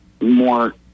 more